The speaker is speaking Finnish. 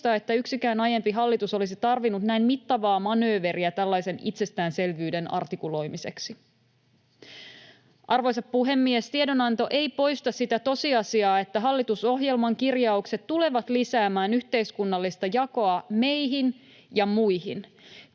että yksikään aiempi hallitus olisi tarvinnut näin mittavaa manööveriä tällaisen itsestäänselvyyden artikuloimiseksi. Arvoisa puhemies! Tiedonanto ei poista sitä tosiasiaa, että hallitusohjelman kirjaukset tulevat lisäämään yhteiskunnallista jakoa meihin ja muihin.